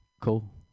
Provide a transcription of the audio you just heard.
Cool